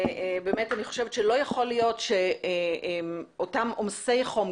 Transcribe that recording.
באמת אני חושבת שלא יכול להיות שאותם עומסי חום,